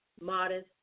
modest